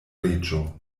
reĝo